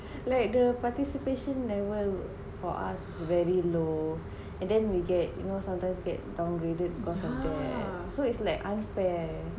like the participation level for us very low and then we get you know sometimes get downgraded because of that so its like unfair